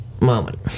moment